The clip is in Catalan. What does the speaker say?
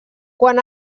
quan